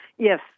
Yes